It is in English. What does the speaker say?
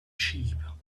sheep